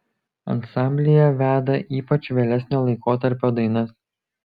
ansamblyje veda ypač vėlesnio laikotarpio dainas